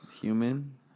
Human